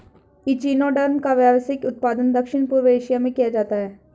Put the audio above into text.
echinoderm का व्यावसायिक उत्पादन दक्षिण पूर्व एशिया में किया जाता है